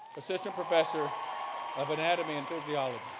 assistant professor of anatomy and physiology